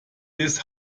des